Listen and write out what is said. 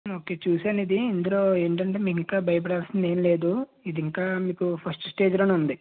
okay చూసాను ఇది ఇందులో ఏంటంటే మీరు ఇంకా భయపడాల్సింది ఏంలేదు ఇది ఇంకా మీకు ఫస్ట్ స్టేజ్లోనె ఉంది